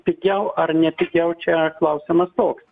pigiau ar ne pigiau čia klausimas toks